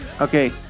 okay